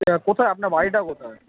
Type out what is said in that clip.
হ্যাঁ কোথায় আপনার বাড়িটা কোথায়